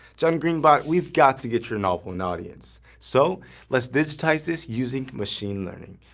john green bot we've got to get your novel an audience so let's digitize this using machine learning!